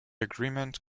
agreement